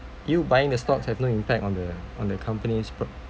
you buying the stocks have no impact on the on the company's